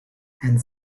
and